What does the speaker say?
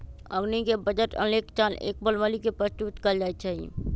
अखनीके बजट हरेक साल एक फरवरी के प्रस्तुत कएल जाइ छइ